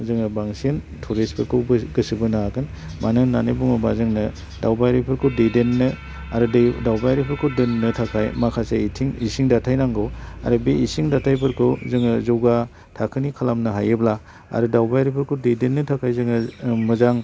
जोङो बांसिन टुरिस्टफोरखौ गोसो बोनो हागोन मानो होननानै बुङोबा जोंनो दावबायारिफोरखौ दैदेननो आरो दावबायारिफोरखौ दोननो थाखाय माखासे इसिं दाथाय नांगौ आरो बे इसिं दाथायफोरखौ जोङो जौगा थाखोनि खालामनो हायोब्ला आरो दावबायारिफोरखौ दैदेननो थाखाय जोङो मोजां